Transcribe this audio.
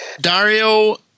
Dario